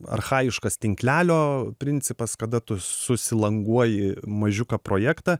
archajiškas tinklelio principas kada tu susilanguoji mažiuką projektą